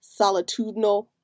solitudinal